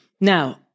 Now